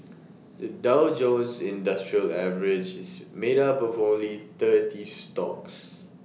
the Dow Jones industrial average is made up of only thirty stocks